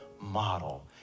model